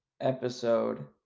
episode